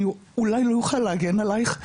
אולי אני לא אוכל להגן עלייך,